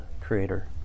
creator